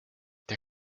der